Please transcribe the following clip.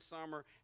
summer